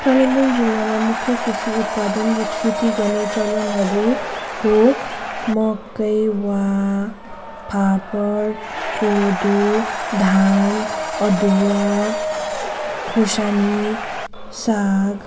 कालिम्पोङ जिल्लामा मुख्य कृषि उत्पादन र खेती गर्ने चलनहरू हो मकै वा फापर कोदो धान अदुवा खोर्सानी साग